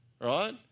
right